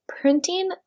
printing